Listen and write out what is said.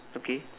okay